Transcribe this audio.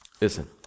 Listen